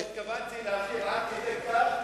לא התכוונתי להרחיב עד כדי כך.